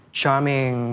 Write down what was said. charming